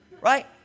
Right